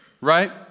Right